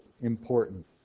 important